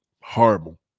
Horrible